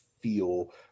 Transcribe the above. feel